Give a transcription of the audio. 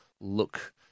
look